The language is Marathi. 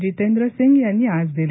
जितेंद्र सिंग यांनी आज दिली